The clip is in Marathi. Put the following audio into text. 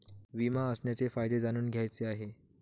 विमा असण्याचे फायदे जाणून घ्यायचे आहे